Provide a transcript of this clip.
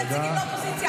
זה החוק.